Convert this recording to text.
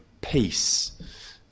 peace